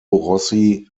rossi